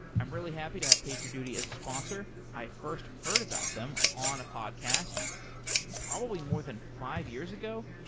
i'm really happy to have pager duty as a sponsor. i first heard about them on a podcast probably more than five years ago.